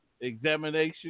examination